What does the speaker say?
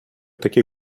такі